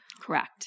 Correct